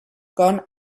gone